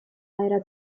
era